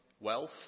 wealth